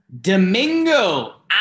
domingo